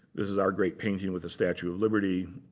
this is our great painting with the statue of liberty.